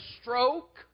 stroke